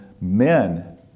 men